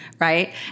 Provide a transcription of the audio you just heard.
right